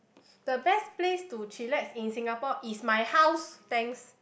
the best place to chillax in Singapore is my house thanks